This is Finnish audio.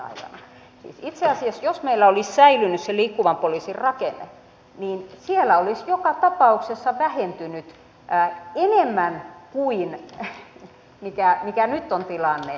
siis itse asiassa jos meillä olisi säilynyt se liikkuvan poliisin rakenne niin siellä olisi joka tapauksessa vähentynyt enemmän tämä henkilötyövuosien määrä kuin mikä nyt on tilanne